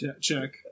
check